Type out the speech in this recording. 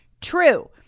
true